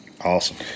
Awesome